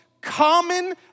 common